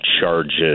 charges